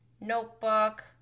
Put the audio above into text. notebook